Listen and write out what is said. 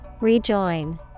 Rejoin